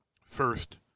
first